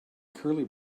curly